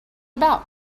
about